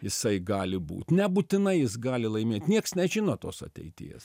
jisai gali būt nebūtinai jis gali laimėt nieks nežino tos ateities